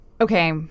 Okay